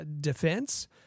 defense